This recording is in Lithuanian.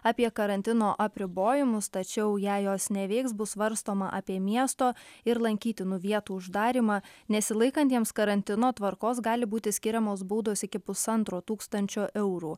apie karantino apribojimus tačiau jei jos neveiks bus svarstoma apie miesto ir lankytinų vietų uždarymą nesilaikantiems karantino tvarkos gali būti skiriamos baudos iki pusantro tūkstančio eurų